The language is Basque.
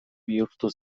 bihurtu